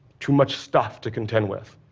too much stuff to contend with.